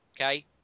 okay